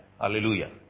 Hallelujah